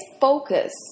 focus